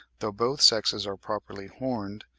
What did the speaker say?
though both sexes are properly horned,